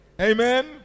Amen